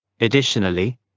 Additionally